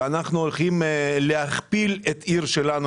שאנחנו הולכים להכפיל את העיר שלנו